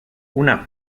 una